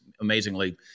amazingly